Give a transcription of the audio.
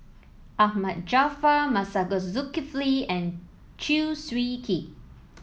Ahmad Jaafar Masagos Zulkifli and Chew Swee Kee